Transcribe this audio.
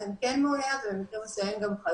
לעתים גם יותר משנה,